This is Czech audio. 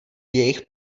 jejich